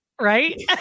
Right